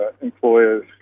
employers